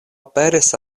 aperis